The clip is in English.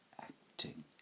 acting